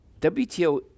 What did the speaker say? WTO